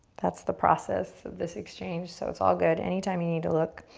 that's the process of this exchange. so, it's all good, anytime you need to look.